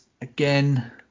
again